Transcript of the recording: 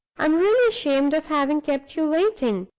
i'm really ashamed of having kept you waiting.